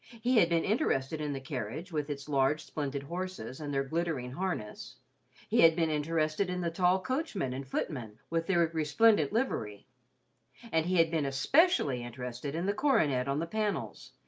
he had been interested in the carriage, with its large, splendid horses and their glittering harness he had been interested in the tall coachman and footman, with their resplendent livery and he had been especially interested in the coronet on the panels,